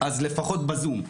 אז לפחות בזום.